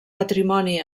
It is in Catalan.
patrimoni